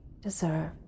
deserve